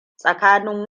tsakanin